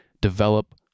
develop